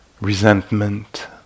resentment